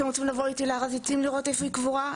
אתם רוצים לבוא איתי להר הזיתים ולראות איפה היא קבורה?